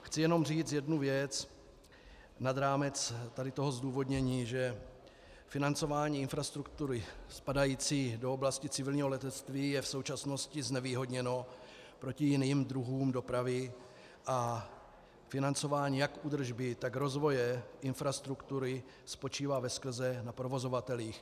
Chci jenom říct jednu věc nad rámec tady toho zdůvodnění, že financování infrastruktury spadající do oblasti civilního letectví je v současnosti znevýhodněno proti jiným druhům dopravy a financování jak údržby, tak rozvoje infrastruktury spočívá veskrze na provozovatelích.